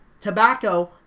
Tobacco